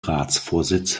ratsvorsitz